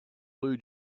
blue